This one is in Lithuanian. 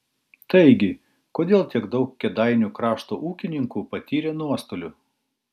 taigi kodėl tiek daug kėdainių krašto ūkininkų patyrė nuostolių